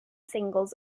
singles